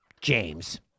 James